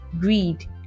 greed